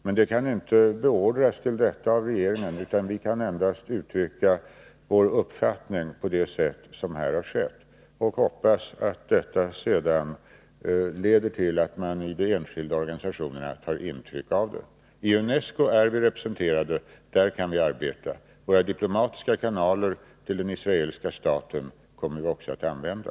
Men de kan inte beordras till detta av regeringen, utan vi kan endast uttrycka vår uppfattning på det sätt som här har skett och hoppas att detta leder till att man tar intryck av det inom de enskilda organisationerna. I UNESCO är Sverige representerat — där kan vi arbeta. Våra diplomatiska kanaler till den israeliska staten kommer vi också att använda.